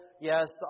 yes